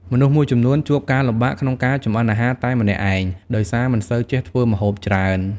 មនុស្សមួយចំនួនជួបការលំបាកក្នុងការចម្អិនអាហារតែម្នាក់ឯង ដោយសារមិនសូវចេះធ្វើម្ហូបច្រើន។